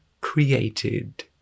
created